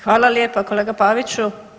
Hvala lijepa kolega Paviću.